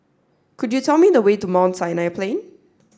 could you tell me the way to Mount Sinai Plain